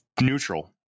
neutral